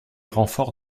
renforts